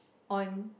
on